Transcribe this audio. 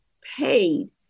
paid